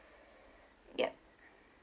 yup